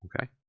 Okay